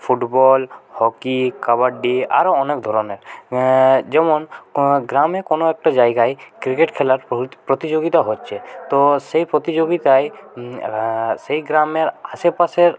football hockey kabaddi আরও অনেক ধরনের যেমন গ্রামে কোনো একটা জায়গায় ক্রিকেট খেলার প্রতিযোগিতা হচ্ছে তো সেই প্রতিযোগিতায় সেই গ্রামের আশেপাশের